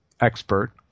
expert